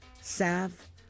salve